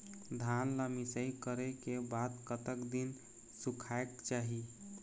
धान ला मिसाई करे के बाद कतक दिन सुखायेक चाही?